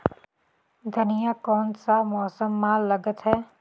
धनिया कोन सा मौसम मां लगथे?